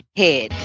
head